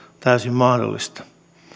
täysin mahdollista